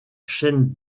chaîne